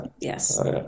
yes